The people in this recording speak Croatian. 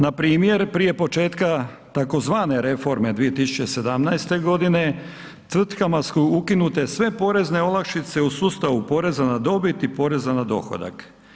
Npr. prije početka tzv. reforme 2017. godine tvrtkama su ukinute sve porezne olakšice u sustavu poreza na dobit i poreza na dohodak.